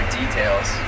details